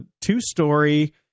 two-story